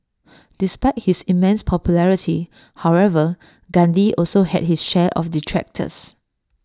despite his immense popularity however Gandhi also had his share of detractors